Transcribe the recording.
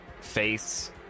face